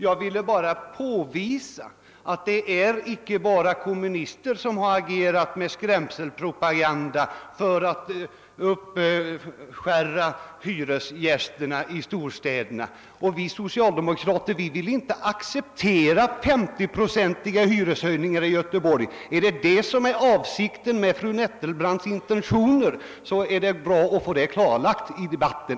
Jag ville bara påvisa att det inte bara är kommunister som använt skrämselpropaganda för att uppskärra hyresgästerna i storstäderna. Vi socialdemokrater vill inte acceptera 50-procentiga hyreshöjningar i Göteborg, och är detta fru Nettelbrandts intention vore det bra att få ett klarläggande i debatten.